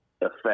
effect